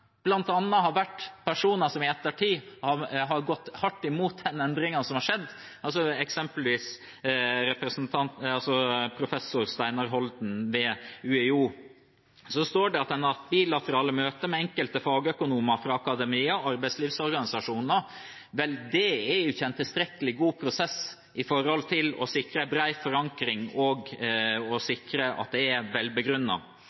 har vært der, bl.a. har vært personer som i ettertid har gått hardt imot den endringen som har skjedd, eksempelvis professor Steinar Holden ved UiO. Så står det at en har hatt bilaterale møter med enkelte fagøkonomer fra akademia og arbeidslivsorganisasjoner. Vel, det er ikke en tilstrekkelig god prosess når det gjelder å sikre en bred forankring og